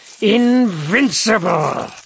invincible